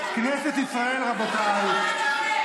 רבותיי,